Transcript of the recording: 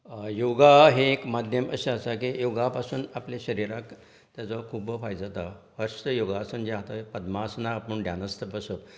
योगा हे एक माध्यम अशें आसा की योगा पासून आपल्या शरिराक तेचो खूब्ब फायदो जाता फस्ट योगासन जे आता पद्मासनांत आपूण ध्यानस्त बसप